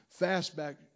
fastback